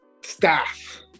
staff